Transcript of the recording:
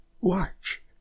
watch